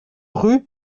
rue